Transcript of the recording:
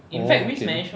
orh okay